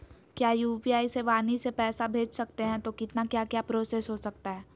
क्या यू.पी.आई से वाणी से पैसा भेज सकते हैं तो कितना क्या क्या प्रोसेस हो सकता है?